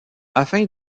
afin